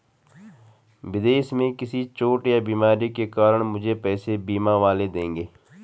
विदेश में किसी चोट या बीमारी के कारण मुझे पैसे बीमा वाले देंगे